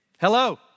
Hello